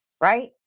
right